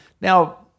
Now